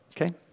okay